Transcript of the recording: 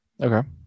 Okay